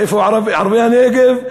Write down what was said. מערביי הנגב,